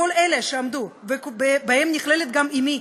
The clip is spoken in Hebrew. כל אלה שעבדו, ובהם נכללת גם אמי,